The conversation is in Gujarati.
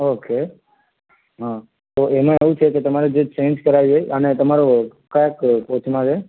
ઓકે હં તો એમાં એવું છે કે તમારે જે ચેંજ કરાવવી હોય અને તમારો કયા કોચમાં છે